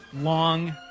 long